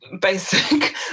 basic